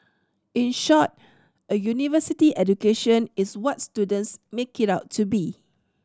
in short a university education is what students make it out to be